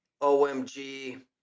OMG